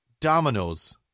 Dominoes